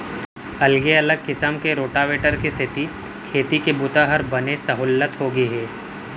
अगले अलग किसम के रोटावेटर के सेती खेती के बूता हर बने सहोल्लत होगे हे